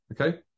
Okay